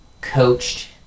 coached